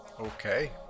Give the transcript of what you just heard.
okay